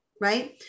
right